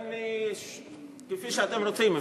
אין לי, כפי שאתם רוצים.